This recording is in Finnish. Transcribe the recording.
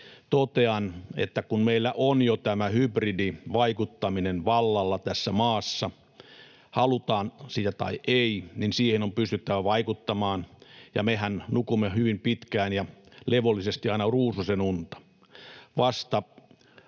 totean, että kun meillä on jo tämä hybridivaikuttaminen vallalla tässä maassa, halutaan sitä tai ei, niin siihen on pystyttävä vaikuttamaan, ja mehän nukumme hyvin pitkään ja levollisesti aina ruususenunta. Vasta